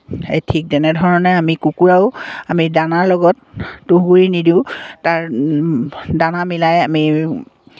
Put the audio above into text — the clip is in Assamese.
এই ঠিক তেনেধৰণে আমি কুকুৰাও আমি দানাৰ লগত তুঁহগুড়ি নিদোঁ তাৰ দানা মিলাই আমি